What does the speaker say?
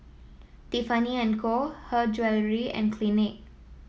Tiffany And Co Her Jewellery and Clinique